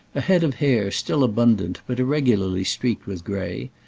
a head of hair still abundant but irregularly streaked with grey,